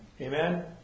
Amen